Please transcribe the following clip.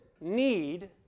need